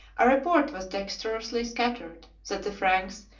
a report was dexterously scattered, that the franks,